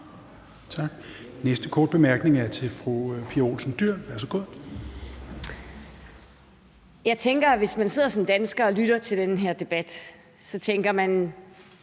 Næste korte bemærkning er til fru Pia Olsen Dyhr. Værsgo. Kl. 22:21 Pia Olsen Dyhr (SF): Jeg tror, at hvis man sidder som dansker og lytter til den her debat, tænker man: